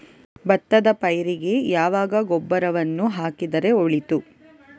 ಭತ್ತದ ಪೈರಿಗೆ ಯಾವಾಗ ಗೊಬ್ಬರವನ್ನು ಹಾಕಿದರೆ ಒಳಿತು?